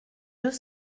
deux